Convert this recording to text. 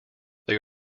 they